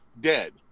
dead